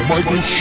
Michael